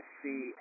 see